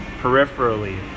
peripherally